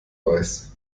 weiß